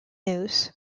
news